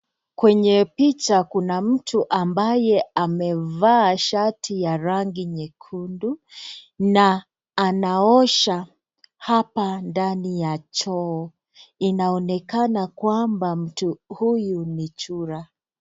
Kwenye picha kuna mtu ambaye amevaa shati ya rangi nyekundu na anaosha apa ndani ya choo. Inaonekana kwamba mtu huyu ni chura.